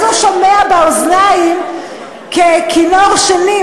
אז הוא שומע באוזניים ככינור שני,